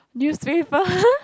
do you stray for her